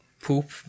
poop